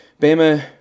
Bama